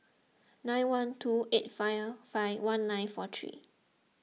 nine one two eight five five one nine four three